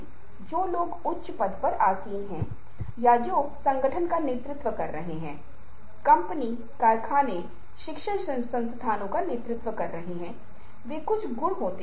इसलिए यदि आप इस छवि को बहुत तेज़ी से देख रहे हैं तो आप पाएंगे कि अशाब्दिक संचार के ये प्रदर्शन संचार को महत्वपूर्ण रूप से प्रबंधित करते हैं कि क्या संप्रेषित किया जा रहा है या क्या प्रयास किया जा रहा है